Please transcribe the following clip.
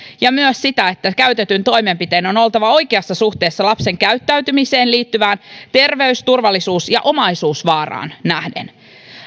ja myös sitä että käytetyn toimenpiteen on oltava oikeassa suhteessa lapsen käyttäytymiseen liittyvään terveys turvallisuus ja omaisuusvaaraan nähden